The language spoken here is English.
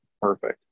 perfect